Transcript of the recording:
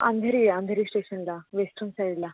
अंधेरी आहे अंधेरी स्टेशनला वेस्टर्न साईडला